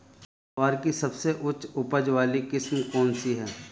ग्वार की सबसे उच्च उपज वाली किस्म कौनसी है?